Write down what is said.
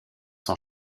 son